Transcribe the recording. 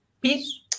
peace